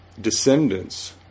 descendants